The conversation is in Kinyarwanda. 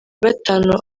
gatanu